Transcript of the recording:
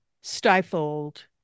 stifled